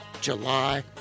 July